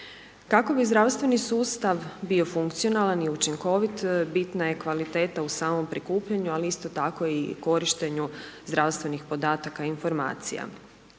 Kako bi zdravstveni sustav bio funkcionalan i učinkovit, bitna je kvaliteta u samom prikupljanju, ali isto tako i korištenju zdravstvenih podataka i informacija.